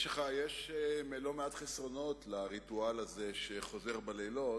יש לא מעט חסרונות לריטואל הזה שחוזר בלילות,